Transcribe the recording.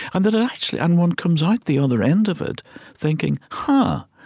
and that it actually and one comes out the other end of it thinking, huh,